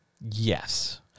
Yes